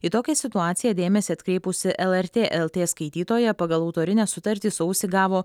į tokią situaciją dėmesį atkreipusi lrt lt skaitytoja pagal autorinę sutartį sausį gavo